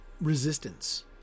resistance